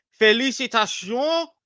félicitations